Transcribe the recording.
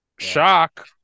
Shock